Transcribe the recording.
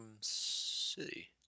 City